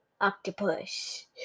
octopus